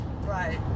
Right